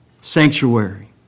sanctuary